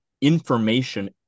information